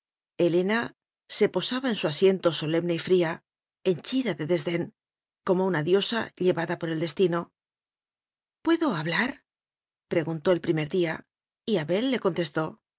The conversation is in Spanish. helena se posaba en su asiento solemne y fría henchida de desdén como una diosa llevada por el destino pue do hablar preguntó al primer día y abel le contestó